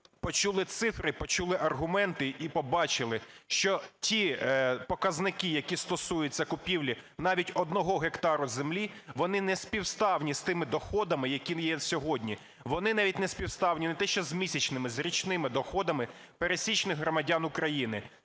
почули цифри, почули аргументи і побачили, що ті показники які стосуються купівлі навіть одного гектару землі, вони не співставні з тими доходами, які є сьогодні. Вони навіть не співставні не те що з місячними - з річними доходами пересічних громадян України.